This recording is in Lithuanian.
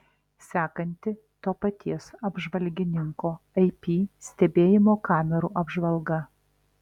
sekanti to paties apžvalgininko ip stebėjimo kamerų apžvalga